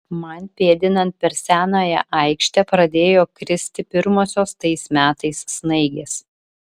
man pėdinant per senąją aikštę pradėjo kristi pirmosios tais metais snaigės